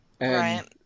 Right